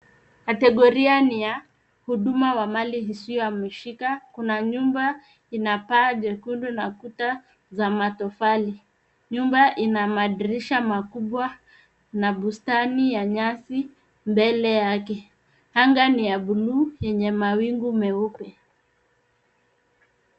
Kategoria ni ya huduma ya mali isiyo hamishika kuna nyumba ina paa jekundu na kuta za matofari nyumba ina madirisha makubwa na bustani ya nyasi mbele yake. Anga ni ya bluu yenye mawingu meupe.